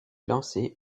lancé